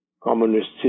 communist